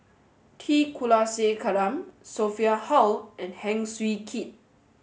T Kulasekaram Sophia Hull and Heng Swee Keat